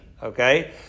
Okay